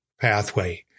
pathway